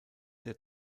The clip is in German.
der